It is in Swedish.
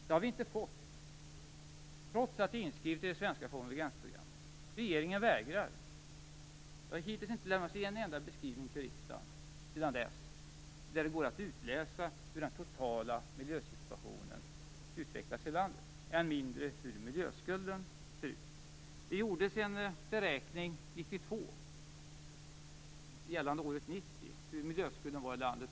Det har vi inte fått trots att det är inskrivet i det svenska konvergensprogrammet. Regeringen vägrar. Det har hittills inte lämnats en enda beskrivning till riksdagen där det går att utläsa hur den totala miljösituationen utvecklas i landet, än mindre hur miljöskulden ser ut. Det gjordes en beräkning 1992 som gällde året 1990 av hur miljöskulden var i landet.